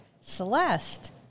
celeste